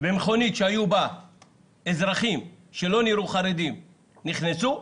ומכונית שהיו בה אזרחים שלא נראו חרדים נכנסה,